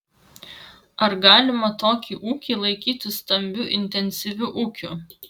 ar galima tokį ūkį laikyti stambiu intensyviu ūkiu